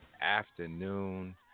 afternoon